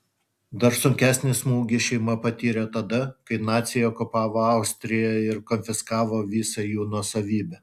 dar sunkesnį smūgį šeima patyrė tada kai naciai okupavo austriją ir konfiskavo visą jų nuosavybę